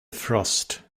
frost